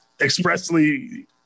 expressly